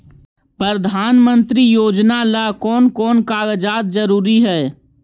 प्रधानमंत्री योजना ला कोन कोन कागजात जरूरी है?